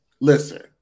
Listen